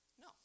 No